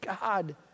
God